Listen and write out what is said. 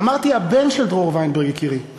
אמרתי הבן של דרור וינברג, יקירי.